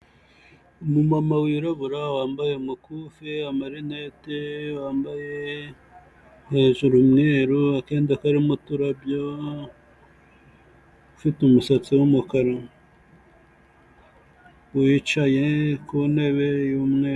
Umumama wirabura wambaye umukufi, amarinete, wambaye hejuru umweru, akenda karimo uturabyo, ufite umusatsi wumukara wicaye ku ntebe y'umweru.